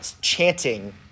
chanting